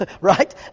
Right